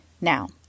Now